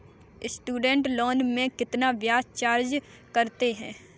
Student loan में कितना ब्याज चार्ज करते हैं?